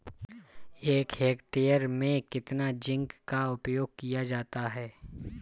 एक हेक्टेयर में कितना जिंक का उपयोग किया जाता है?